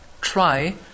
try